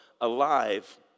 alive